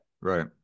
Right